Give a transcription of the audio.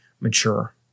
mature